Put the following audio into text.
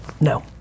No